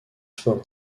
sports